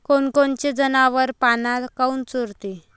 कोनकोनचे जनावरं पाना काऊन चोरते?